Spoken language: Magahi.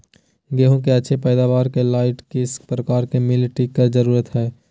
गेंहू की अच्छी पैदाबार के लाइट किस प्रकार की मिटटी की जरुरत है?